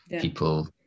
people